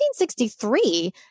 1963